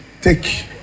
take